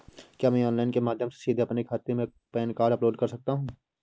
क्या मैं ऑनलाइन के माध्यम से सीधे अपने खाते में पैन कार्ड अपलोड कर सकता हूँ?